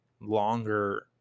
longer